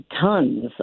tons